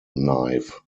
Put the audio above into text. knife